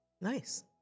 Nice